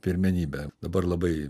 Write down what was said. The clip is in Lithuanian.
pirmenybę dabar labai